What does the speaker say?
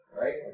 Right